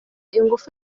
ingufu